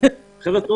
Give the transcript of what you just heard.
ברשותכם,